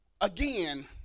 again